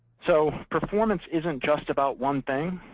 so performance isn't just about one thing.